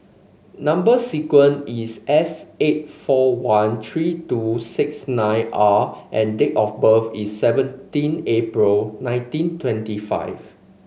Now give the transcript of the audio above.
number sequence is S eight four one three two six nine R and date of birth is seventeen April nineteen twenty five